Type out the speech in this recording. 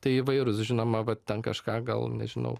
tai įvairūs žinoma va ten kažką gal nežinau